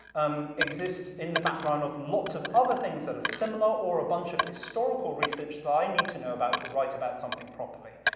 um, exists in the background of lots of other things that are similar or a bunch of historical research that i need to know about to write about something properly,